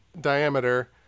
diameter